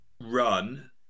run